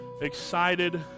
excited